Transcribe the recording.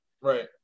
right